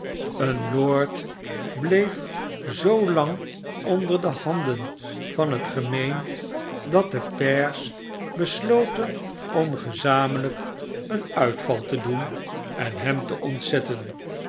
een lord bleef zoolang onder de handen van het gemeen dat de pairs besloten om gezamenlijk een uitval te doen en hem te ontzetten